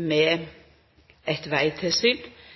med eit vegtilsyn er å styrkja trafikktryggleiken. Det